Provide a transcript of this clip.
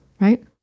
right